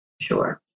Sure